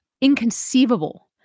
inconceivable